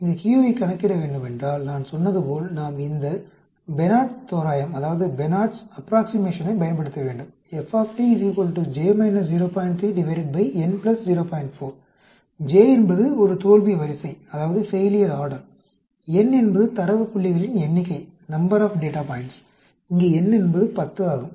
இந்த q ஐக் கணக்கிடவேண்டுமென்றால் நான் சொன்னது போல் நாம் இந்த பெனார்ட் தோராயத்தைப் Benard's approximation பயன்படுத்த வேண்டும் j என்பது ஒரு தோல்வி வரிசை n என்பது தரவு புள்ளிகளின் எண்ணிக்கை இங்கே n என்பது 10 ஆகும்